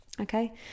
Okay